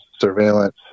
surveillance